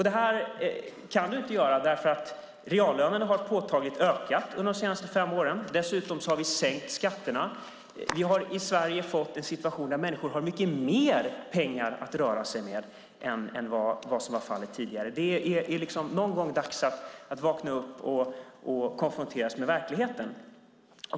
Det kan du inte göra därför att reallönerna påtagligt ökat under de senaste fem åren. Dessutom har vi sänkt skatterna. Vi har i Sverige fått en situation där människor har mycket mer pengar att röra sig med än vad som var fallet tidigare. Det är någon gång dags att vakna upp och konfronteras med verkligheten.